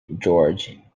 gorge